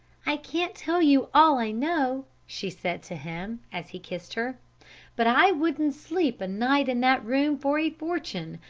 i can't tell you all i know she said to him, as he kissed her but i wouldn't sleep a night in that room for a fortune,